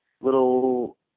little